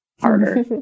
harder